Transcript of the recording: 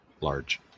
large